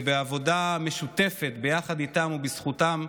ובעבודה משותפת, ביחד איתם ובזכותם,